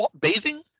bathing